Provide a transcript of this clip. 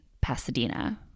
Pasadena